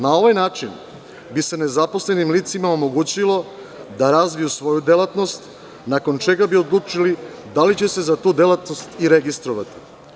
Na ovaj način bi se nezaposlenim licima omogućilo da razviju svoju delatnost nakon čega bi odlučili da li će se za tu delatnost i registrovati.